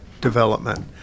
development